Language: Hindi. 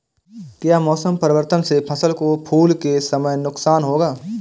क्या मौसम परिवर्तन से फसल को फूल के समय नुकसान होगा?